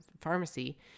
pharmacy